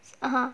err